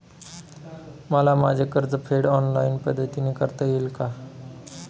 मला माझे कर्जफेड ऑनलाइन पद्धतीने करता येईल का?